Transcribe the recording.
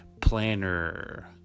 planner